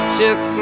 took